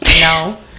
No